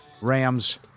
Rams